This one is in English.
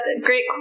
great